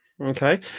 Okay